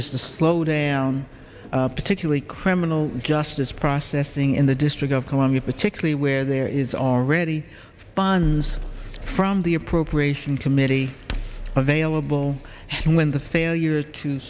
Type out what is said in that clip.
is to slow down particularly criminal justice processing in the district of columbia particularly where there is already funds from the appropriation committee available when the failure to